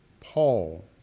Paul